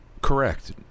Correct